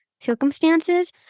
circumstances